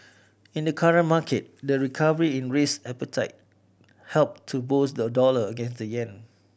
in the currency market the recovery in risk appetite helped to boost the dollar against the yen